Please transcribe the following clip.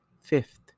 Fifth